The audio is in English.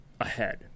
ahead